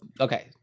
okay